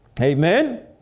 Amen